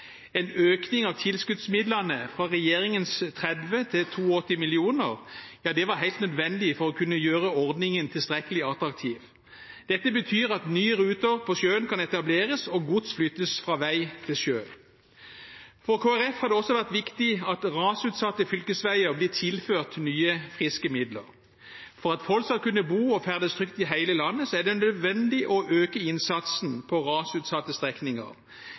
En økning av tilskuddsmidlene fra regjeringens 30 mill. kr til 82 mill. kr var helt nødvendig for å kunne gjøre ordningen tilstrekkelig attraktiv. Dette betyr at nye ruter på sjøen kan etableres og gods flyttes fra vei til sjø. For Kristelig Folkeparti har det også vært viktig at rasutsatte fylkesveier blir tilført nye, friske midler. For at folk skal kunne bo og ferdes trygt i hele landet, er det nødvendig å øke innsatsen på rasutsatte strekninger.